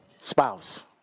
spouse